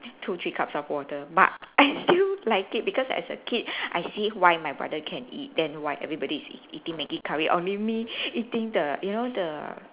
two three cups of water but I still like it because as a kid I see why my brother can eat then why everybody is eat~ eating Maggi curry only me eating the you know the